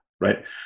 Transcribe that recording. right